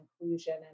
inclusion